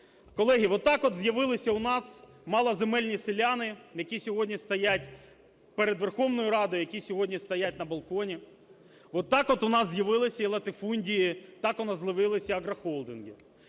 Колеги, отак от з'явилися у нас малоземельні селяни, які сьогодні стоять перед Верховною Радою, які сьогодні стоять на балконі. Отак от у нас з'явилися і латифундії, так у нас з'явилися агрохолдинги.